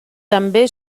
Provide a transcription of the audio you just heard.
també